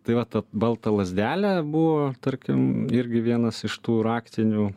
tai va ta balta lazdelė buvo tarkim irgi vienas iš tų raktinių